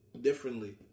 Differently